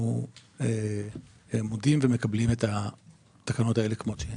אנחנו מודים ומקבלים את התקנות האלה כמות שהן.